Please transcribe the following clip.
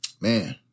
Man